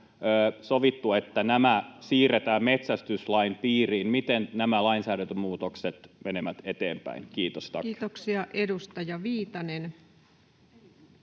sovittu, että nämä siirretään metsästyslain piiriin. Miten nämä lainsäädäntömuutokset menevät eteenpäin? — Kiitos, tack.